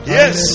yes